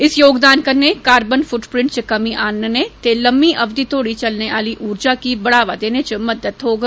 इस योगदान कन्नै कर्कबन फूटप्रिन्ट च कमी आनने ते लम्मी अवधि तोडी चलने आल उर्जा गी बढ़ावा देने च मदद थ्होग